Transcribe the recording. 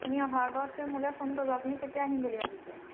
আপুনি অহাৰ আগত মোলৈ ফোন কৰিব আপুনি কেতিয়া আহিম বুলি ভাবিছে